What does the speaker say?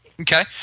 Okay